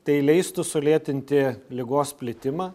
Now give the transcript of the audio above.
tai leistų sulėtinti ligos plitimą